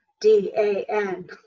D-A-N